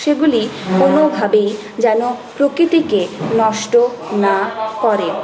সেগুলি কোনভাবেই যেনো প্রকৃতিকে নষ্ট না করে